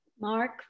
Mark